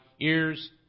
ears